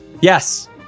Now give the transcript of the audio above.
Yes